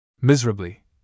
Miserably